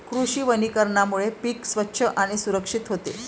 कृषी वनीकरणामुळे पीक स्वच्छ आणि सुरक्षित होते